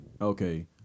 okay